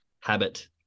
habit